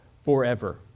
forever